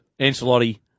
Ancelotti